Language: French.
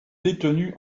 détenu